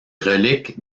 reliques